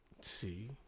see